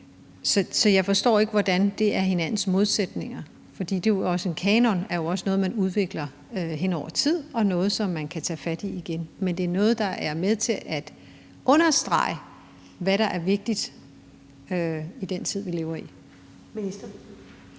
Jeg forstår ikke, hvordan de ting er hinandens modsætninger. For en kanon er jo også noget, man udvikler hen over tid, og noget, som man kan tage fat i igen. Men det er noget, der er med til at understrege, hvad der er vigtigt i den tid, vi lever i. Kl.